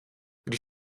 když